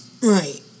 right